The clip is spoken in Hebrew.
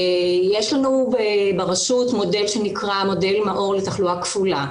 יש לנו ברשות מודל שנקרא מודל 'מאור' לתחלואה כפולה.